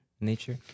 Nature